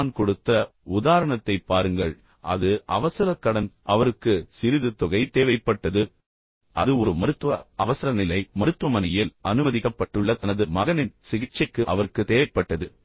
நான் கொடுத்த உதாரணத்தைப் பாருங்கள் அது அவசரக் கடன் அவருக்கு சிறிது தொகை தேவைப்பட்டது அது ஒரு மருத்துவ அவசரநிலை மருத்துவமனையில் அனுமதிக்கப்பட்டுள்ள தனது மகனின் சிகிச்சைக்கு அவருக்கு தேவைப்பட்டது பின்னர்